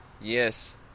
Yes